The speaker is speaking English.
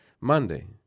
Monday